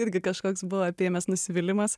irgi kažkoks buvo apėmęs nusivylimas